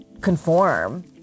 conform